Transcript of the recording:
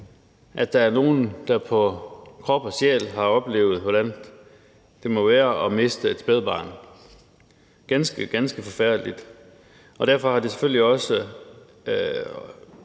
at der er nogen, der på krop og sjæl har oplevet, hvordan det må være at miste et spædbarn – ganske, ganske forfærdeligt – og derfor har det selvfølgelig ret